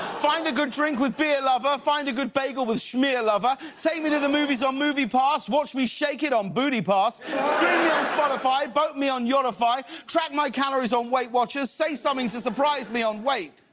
find a good drink with beer lover. find a good bagel with schmear lover. take me to the movies on moviepass. watch me shake it on bootypass. stream me on spotify. boat me on yachtify. track my calories on weight watchers. say something to surprise me on wait,